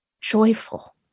joyful